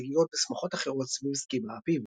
חגיגות ושמחות אחרות סביב סקי באביב.